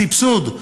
הסבסוד.